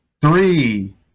Three